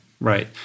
Right